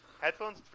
Headphones